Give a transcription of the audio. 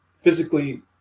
physically